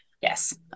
Yes